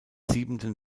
siebenten